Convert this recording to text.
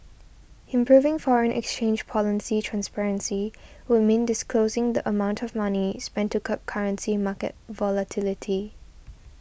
improving foreign exchange policy transparency would mean disclosing the amount of money spent to curb currency market volatility